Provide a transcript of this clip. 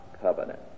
covenant